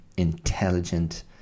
intelligent